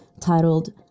titled